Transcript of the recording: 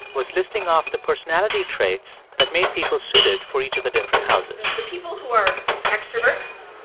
was listing off the personality traits that made people suited for each of the different houses the people who are extroverts